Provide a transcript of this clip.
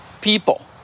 people